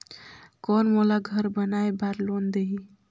कौन मोला घर बनाय बार लोन देही?